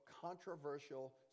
controversial